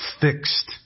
fixed